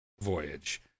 voyage